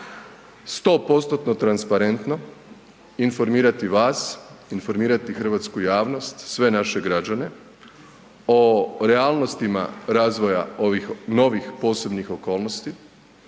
100%-tno transparentno informirati vas informirati hrvatsku javnost, sve naše građane o realnostima razvoja ovih novih posebnih okolnosti,